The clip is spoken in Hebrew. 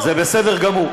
מאיפה אתה מביא את זה?